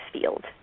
field